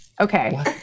Okay